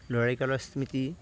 ল'ৰালি কালৰ স্মৃতি